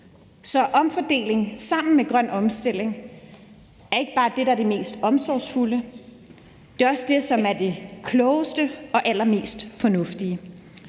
Så omfordeling sammen med grøn omstilling er ikke bare det, der er det mest omsorgsfulde. Det er også det, som er det klogeste og allermest fornuftige.